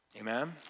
Amen